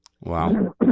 Wow